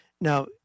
Now